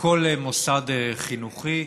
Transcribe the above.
בכל מוסד חינוכי.